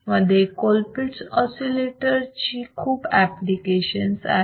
म्हणजेच Colpitts oscillator ची खूप एप्लिकेशन्स आहेत